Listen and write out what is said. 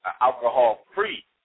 alcohol-free